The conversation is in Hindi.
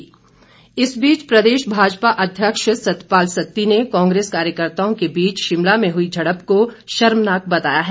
सत्ती इस बीच प्रदेश भाजपा अध्यक्ष सतपाल सत्ती ने कांग्रेस कार्यकर्ताओं के बीच शिमला में हुई झड़प को शर्मनाक बताया है